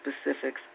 specifics